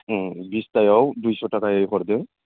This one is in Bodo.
बिसतायाव दुइस' ताकायै हरदों